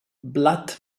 blat